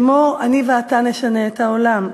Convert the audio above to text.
כמו "אני ואתה נשנה את העולם",